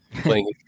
playing